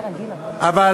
מדובר דווקא במשפחה חילונית,